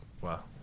Wow